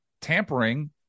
tampering